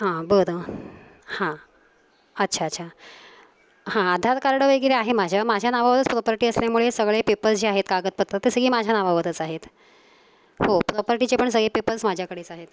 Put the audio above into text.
हां बरं हां अच्छा अच्छा हां आधार कार्ड वगैरे आहे माझ्या माझ्या नावावरच प्रॉपर्टी असल्यामुळे सगळे पेपर्स जे आहेत कागदपत्र ते सगळी माझ्या नावावरच आहेत हो प्रॉपर्टीचे पण सगळे पेपर्स माझ्याकडेच आहेत